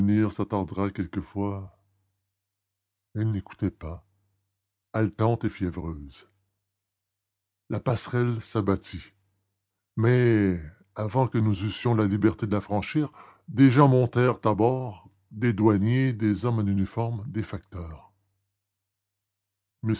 s'attardera quelquefois elle n'écoutait pas haletante et fiévreuse la passerelle s'abattit mais avant que nous eûmes la liberté de la franchir des gens montèrent à bord des douaniers des hommes en uniforme des facteurs